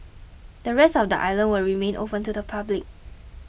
the rest of the island will remain open to the public